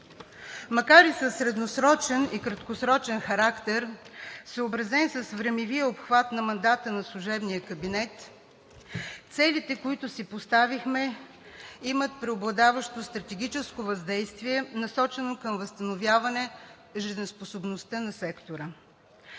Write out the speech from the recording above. Макар и със средносрочен и краткосрочен характер, съобразен с времевия обхват на мандата на служебния кабинет, целите, които си поставихме, имат преобладаващо стратегическо въздействие, насочено към възстановяване жизнеспособността на сектора.